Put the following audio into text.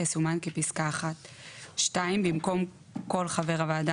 תסומן כפסקה (1); במקום "כל חבר הוועדה